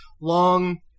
long